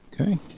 Okay